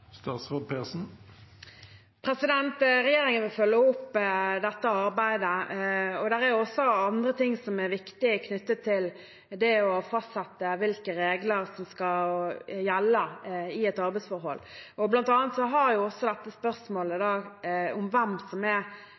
Regjeringen vil følge opp dette arbeidet, og det er også andre ting som er viktige knyttet til å fastsette hvilke regler som skal gjelde i et arbeidsforhold. Spørsmålet om hvem som er selvstendig næringsdrivende eller arbeidstaker, har også